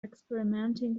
experimenting